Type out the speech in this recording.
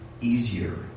easier